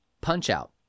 Punch-out